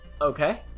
Okay